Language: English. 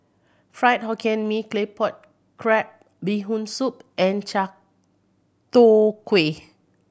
Fried Hokkien Mee Claypot Crab Bee Hoon Soup and chai tow kway